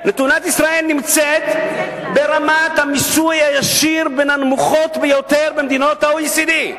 נמצאת ברמת המיסוי הישיר בין הנמוכות ביותר במדינות ה-OECD.